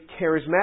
charismatic